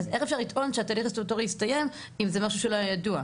אז איך אפשר לטעון שהתהליך הסטטוטורי הסתיים אם זה משהו שלא היה ידוע?